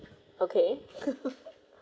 okay